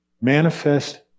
manifest